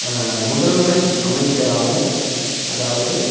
முதன்மை அமைச்சராகவும் அதாவது